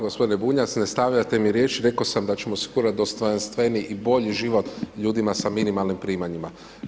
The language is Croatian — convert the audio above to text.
G. Bunjac, ne stavljajte mi riječ, rekao sam da ćemo osigurati dostojanstveniji i bolji život, ljudima sa minimalnim primanjima.